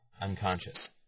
unconscious